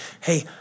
hey